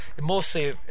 mostly